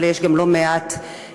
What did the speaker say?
אבל יש לא מעט גברים,